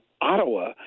Ottawa